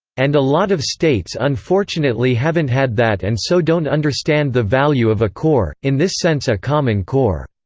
and a lot of states unfortunately haven't had that and so don't understand the value of a core, in this sense a common core.